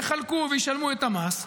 יחלקו וישלמו את המס,